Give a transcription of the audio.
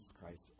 Christ